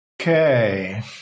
Okay